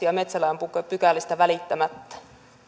ja metsälain pykälistä välittämättä